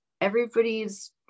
everybody's